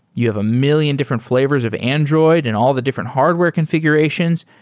you have a million different flavors of android and all the different hardware configurations.